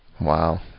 Wow